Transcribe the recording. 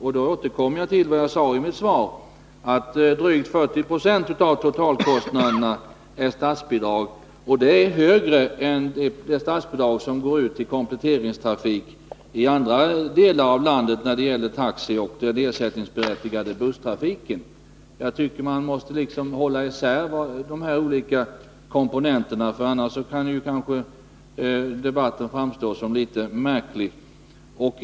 Jag återkommer då till vad jag sade i mitt svar, nämligen att drygt 40 960 av totalkostnaderna är statsbidrag. Det är högre än det statsbidrag som utgår till kompletteringstrafik i andra delar av landet när det gäller taxi och ersättningsberättigad busstrafik. Jag tycker att man måste hålla isär de här olika komponenterna. Annars kan debatten framstå som litet märklig.